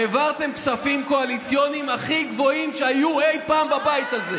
העברתם כספים קואליציוניים הכי גבוהים שהיו אי פעם בבית הזה,